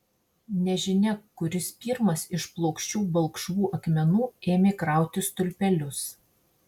nežinia kuris pirmas iš plokščių balkšvų akmenų ėmė krauti stulpelius